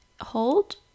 hold